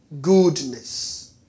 goodness